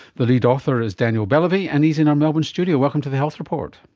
the lead author is daniel belavy and he's in our melbourne studio. welcome to the health report.